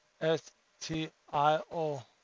S-T-I-O